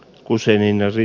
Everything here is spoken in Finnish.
kursseihin eri